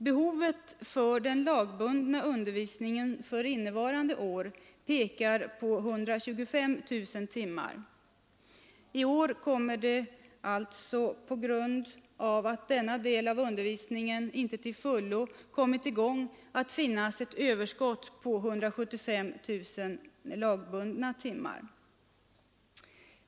Behovet för den lagbundna undervisningen innevarande år är 125 000 timmar. I år kommer det alltså, på grund av att denna del av undervisningen inte till fullo kommit i gång, att finnas ett överskott på 175 000 lagbundna timmar.